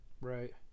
Right